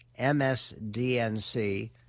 MSDNC